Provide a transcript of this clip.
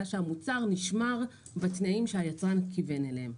שהמוצר נשמר בתנאים שהיצרן כיוון אליהם.